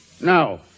Now